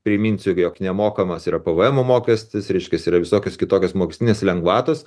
priminsiu jog nemokamas yra p v emo mokestis reiškias yra visokios kitokios mokestinės lengvatos